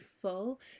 full